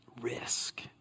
risk